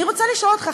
אני רוצה לשאול אותך,